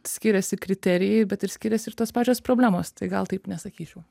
skiriasi kriterijai bet ir skiriasi ir tos pačios problemos tai gal taip nesakyčiau